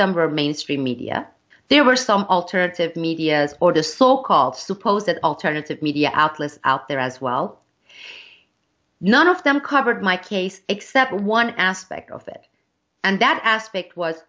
them were mainstream media there were some alternative media or the so called suppose that alternative media outlets out there as well none of them covered my case except one aspect of it and that aspect was